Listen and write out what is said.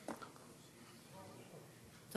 בבקשה, גברתי.